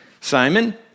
Simon